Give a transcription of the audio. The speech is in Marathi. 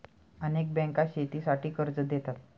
अनेक बँका शेतीसाठी कर्ज देतात